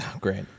Great